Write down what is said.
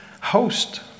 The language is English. host